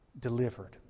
delivered